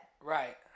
Right